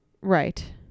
Right